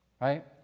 Right